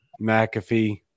McAfee